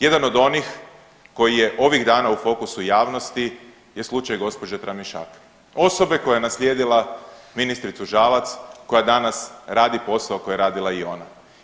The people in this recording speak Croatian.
Jedan od onih koji je ovih dana u fokusu javnosti je slučaj gospođe Tramišak, osobe koja je naslijedila ministricu Žalac koja danas radi posao koji je radila i ona.